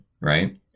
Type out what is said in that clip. right